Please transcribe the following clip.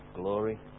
glory